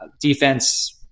Defense